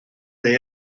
they